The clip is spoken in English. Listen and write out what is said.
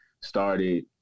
Started